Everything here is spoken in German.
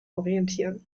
orientieren